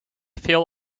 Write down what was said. veel